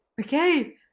okay